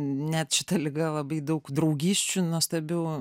net šita liga labai daug draugysčių nuostabių